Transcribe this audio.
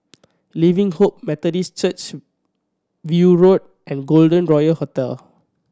Living Hope Methodist Church View Road and Golden Royal Hotel